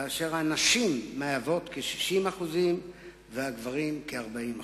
הנשים מהוות כ-60% והגברים כ-40%.